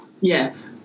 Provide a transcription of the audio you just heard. Yes